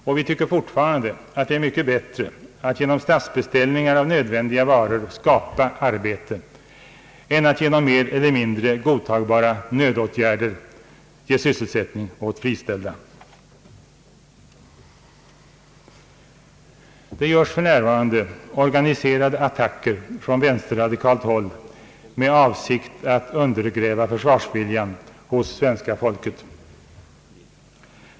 Och vi tycker fortfarande att det är mycket bättre att genom statsbeställningar av nödvändiga varor skapa arbe te än att genom mer eller mindre godtagbara nödåtgärder ge sysselsättning åt friställda. Det görs för närvarande organiserade attacker från vänsterradikalt håll med avsikt att undergräva försvarsviljan hos svenska folket.